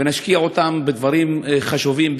ונשקיע אותם בדברים חשובים,